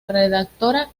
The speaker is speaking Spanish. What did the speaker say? redactora